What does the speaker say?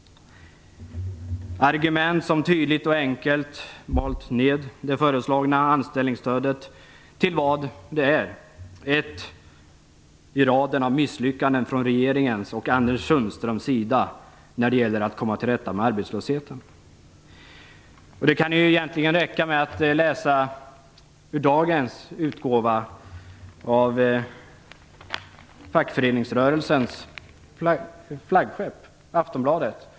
Det har förts fram argument som tydligt och enkelt har malt ned det föreslagna anställningsstödet till vad det är, ett i raden av regeringens och Anders Sundströms misslyckanden med att komma till rätta med arbetslösheten. Det har tidigare lästs ur andra artiklar, men det kan egentligen räcka med att läsa ur dagens utgåva av fackföreningsrörelsen flaggskepp, Aftonbladet.